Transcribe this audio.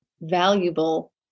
valuable